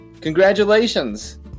Congratulations